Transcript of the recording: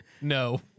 No